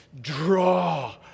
Draw